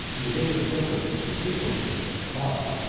in the days of pilgrimage, he frequented the caaba,